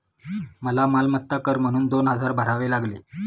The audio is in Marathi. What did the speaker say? मला मालमत्ता कर म्हणून दोन हजार भरावे लागले